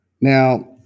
Now